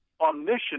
omniscient